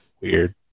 weird